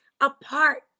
apart